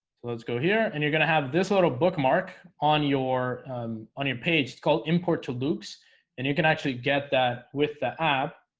let's go here and you're gonna have this little bookmark on your on your page it's called import to luke's and you can actually get that with the app.